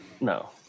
No